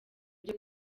byo